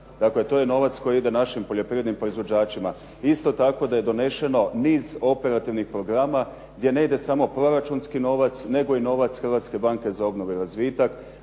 Dakle, to je novac koji ide našim poljoprivrednim proizvođačima. Isto tako, da je doneseno niz operativnih programa gdje ne ide samo proračunski novac nego i novac Hrvatske banke za obnovu i razvitak